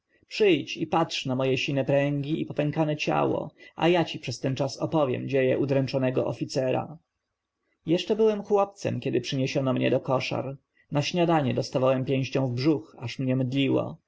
przyjdź i patrz na moje sine pręgi i popękane ciało a ja ci przez ten czas opowiem dzieje udręczonego oficera jeszcze byłem chłopcem kiedy przyniesiono mnie do koszar na śniadanie dostawałem pięścią w brzuch aż mnie mdliło